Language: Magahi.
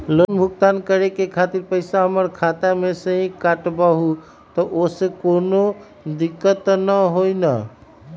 लोन भुगतान करे के खातिर पैसा हमर खाता में से ही काटबहु त ओसे कौनो दिक्कत त न होई न?